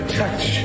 touch